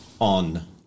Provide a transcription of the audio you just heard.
on